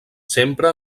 sempre